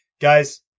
guys